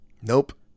Nope